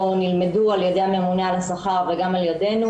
נלמדו על ידי הממונה על השכר וגם על ידינו,